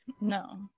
no